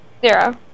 Zero